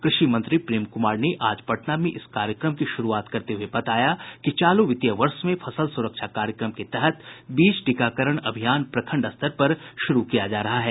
कृषि मंत्री प्रेम कुमार ने आज पटना में इस कार्यक्रम की शुरुआत करते हुए बताया कि चालू वित्तीय वर्ष में फसल सुरक्षा कार्यक्रम के तहत बीज टीकाकरण अभियान प्रखंड स्तर पर शुरु किया जा रहा है